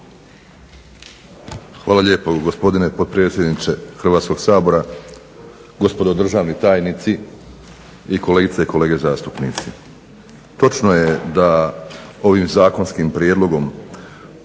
Hvala lijepo gospodine potpredsjedniče Hrvatskog sabora. Gospodo državni tajnici, kolegice i kolege zastupnici. Točno je da ovim zakonskim prijedlogom